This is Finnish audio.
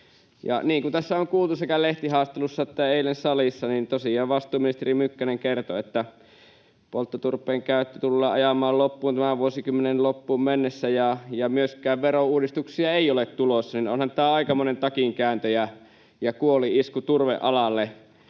Niin kuin tässä on kuultu sekä lehtihaastattelussa että eilen salissa, kuten tosiaan vastuuministeri Mykkänen kertoi, niin polttoturpeen käyttö tullaan ajamaan loppuun tämän vuosikymmenen loppuun mennessä ja myöskään verouudistuksia ei ole tulossa. Onhan tämä aikamoinen takinkääntö ja kuolinisku turvealalle.